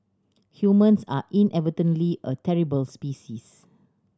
humans are inadvertently a terrible species